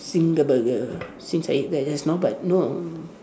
Zinger Burger since I ate that just now but no